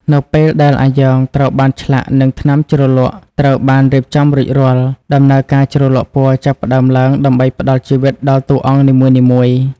នៅពេលដែលអាយ៉ងត្រូវបានឆ្លាក់និងថ្នាំជ្រលក់ត្រូវបានរៀបចំរួចរាល់ ដំណើរការជ្រលក់ពណ៌ចាប់ផ្តើមឡើងដើម្បីផ្តល់ជីវិតដល់តួអង្គនីមួយៗ។